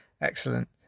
excellent